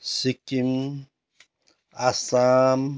Sikkim Assam